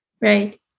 right